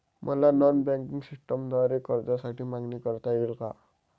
मला non banking सिस्टमद्वारे कर्जासाठी मागणी करता येईल का?